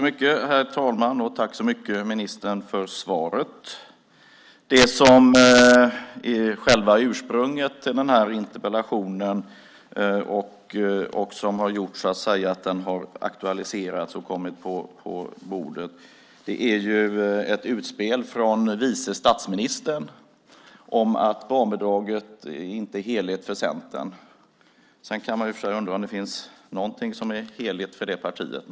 Herr talman! Tack så mycket för svaret, ministern. Det som är själva ursprunget till interpellationen och som gjort att frågan aktualiserats och kommit på bordet är ett utspel från vice statsministern om att barnbidraget inte är heligt för Centern. Sedan kan man i och för sig undra om det finns någonting som är heligt för det partiet.